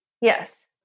Yes